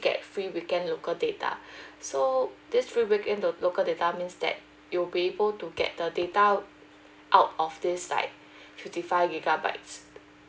get free weekend local data so this free weekend local data means that you'll be able to get the data out of this like fifty five gigabytes